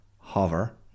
hover